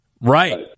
Right